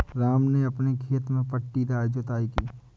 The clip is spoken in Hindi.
राम ने अपने खेत में पट्टीदार जुताई की